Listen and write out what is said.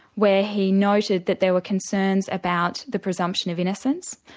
where he noted that there were concerns about the presumption of innocence,